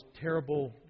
terrible